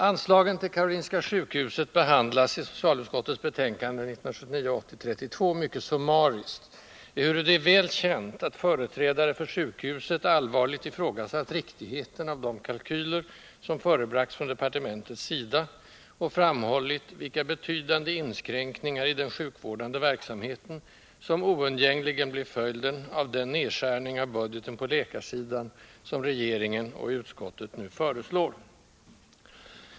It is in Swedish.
Anslagen till Karolinska sjukhuset behandlas i socialutskottets betänkande 1979/80:32 mycket summariskt, ehuru det är väl känt att företrädare för sjukhuset allvarligt ifrågasatt riktigheten av de kalkyler, som förebragts från departementets sida, och framhållit vilka betydande inskränkningar i den sjukvårdande verksamheten, som oundgängligen blir följden av den nedskärning av budgeten på läkarsidan, som regeringen och utskottet nu föreslår.